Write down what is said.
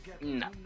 no